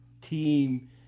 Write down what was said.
team